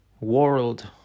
world